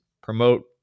promote